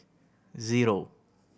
zero